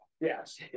Yes